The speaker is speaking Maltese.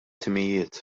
timijiet